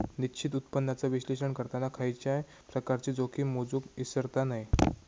निश्चित उत्पन्नाचा विश्लेषण करताना खयच्याय प्रकारची जोखीम मोजुक इसरता नये